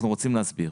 אנחנו רוצים להסביר.